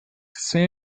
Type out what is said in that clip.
swim